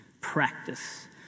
practice